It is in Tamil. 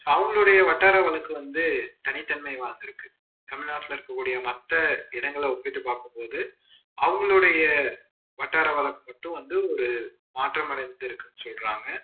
அவங்களுடைய வட்டார வழக்கு வந்து தனித்தன்மை வாய்ந்துருக்கு தமிழ்நாட்டில் இருக்கக்கூடிய மற்ற இடங்களை ஒப்பிட்டு பார்க்கும்போது அவங்களுடைய வட்டார வழக்கு மட்டும் வந்து ஒரு மாற்றம் அடைந்திருக்குதுன்னு சொல்கிறாங்க